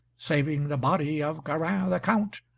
saving the body of garin the count,